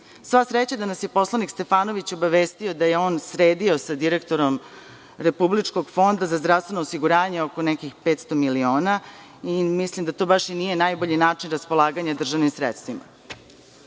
Sva sreća da nas je poslanik Stefanović obavestio da je on sredio sa direktorom Republičkog fonda za zdravstveno osiguranje oko nekih 500 miliona i mislim da to i nije baš najbolji način raspolaganja državnim sredstvima. Dakle,